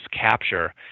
capture